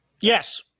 Yes